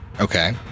Okay